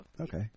Okay